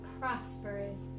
prosperous